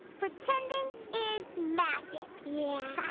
pretending is magic. yeah.